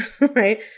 right